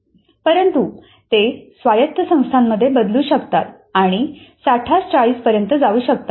परंतु ते स्वायत्त संस्थांमध्ये बदलू शकतात आणि 6040 पर्यंत जाऊ शकतात